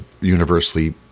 universally